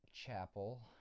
Chapel